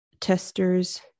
testers